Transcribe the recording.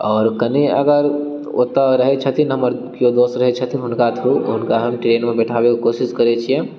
आओर कने अगर ओतऽ रहै छथिन हमर केओ दोस्त रहै छथिन हुनका थ्रू हुनका हम ट्रेनमे बैठाबऽके कोशिश करै छियनि